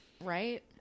right